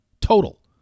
total